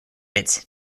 its